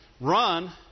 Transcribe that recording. Run